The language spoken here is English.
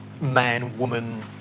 man-woman